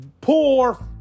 poor